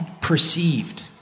perceived